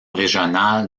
régionale